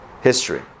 history